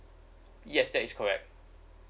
yes that is correct